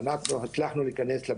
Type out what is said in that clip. אני רוצה לנצל את ההזדמנות להגיד,